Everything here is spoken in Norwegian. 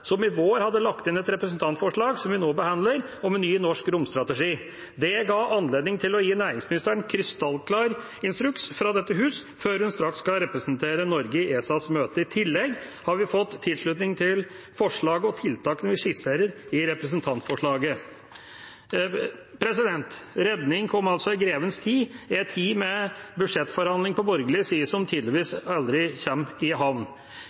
som i vår hadde lagt inn et representantforslag, som vi nå behandler, om en ny norsk romstrategi. Det ga anledning til å gi næringsministeren krystallklar instruks fra dette hus, før hun straks skal representere Norge i ESAs møte. I tillegg har vi fått tilslutning til forslagene og tiltakene vi skisserer i representantforslaget. Redningen kom altså i grevens tid, i en tid med budsjettforhandlinger på borgerlig side som tydeligvis aldri kommer i havn.